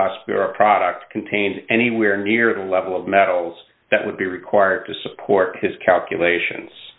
hospital product contains anywhere near the level of metals that would be required to support his calculations